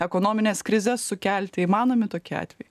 ekonomines krizes sukelti įmanomi tokie atvejai